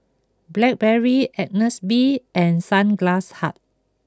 Blackberry Agnes B and Sunglass Hut